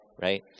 right